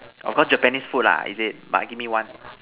of course Japanese food lah is it but give me one